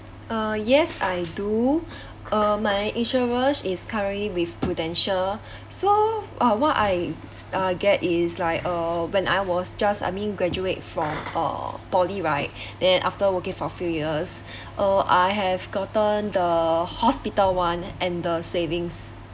uh yes I do uh my insurance is currently with prudential so uh what I uh get is like uh when I was just I mean graduate from uh poly right then after working for few years uh I have gotten the hospital one and the savings